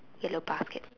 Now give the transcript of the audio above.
yellow basket